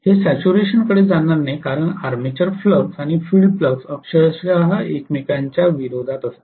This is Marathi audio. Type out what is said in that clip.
हे सॅच्युरेशनकडे जाणार नाही कारण आर्मेचर फ्लक्स आणि फील्ड फ्लक्स अक्षरशः एकमेकांच्या विरोधात असतात